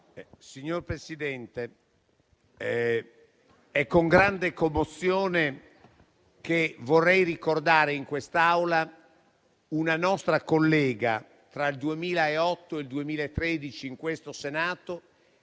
Signor Presidente, è con grande commozione che vorrei ricordare in quest'Aula una nostra collega, in questo Senato